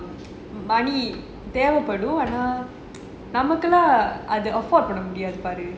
money தேவைப்படும் ஆனா நமகெல்லாம் அது:thevaipadum aana namakellaam offered பண்ணமுடியாது பாரு:pannamudiyaathu paaru